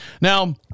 Now